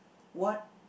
what